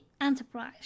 Enterprise